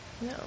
No